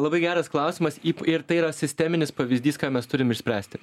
labai geras klausimas ir tai yra sisteminis pavyzdys ką mes turim išspręsti